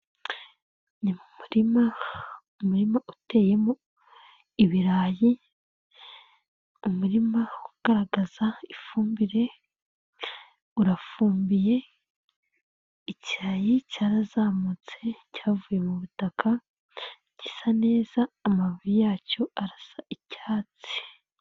Nimu muririma, umurima uteyemo ibirayi, umurima ugaragaza ifumbire, urafumbiye, ikirayi cyarazamutse, cyavuye mu butaka, gisa neza amababi yacyo arasa icyatsi.